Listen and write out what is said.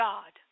God